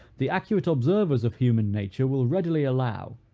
the accurate observers of human nature will readily allow,